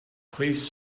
please